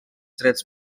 drets